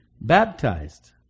baptized